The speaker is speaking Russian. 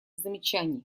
замечаний